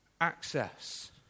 access